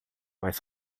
mas